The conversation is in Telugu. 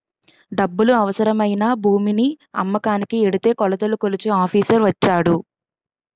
డబ్బులు అవసరమై నా భూమిని అమ్మకానికి ఎడితే కొలతలు కొలిచే ఆఫీసర్ వచ్చాడు